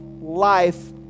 life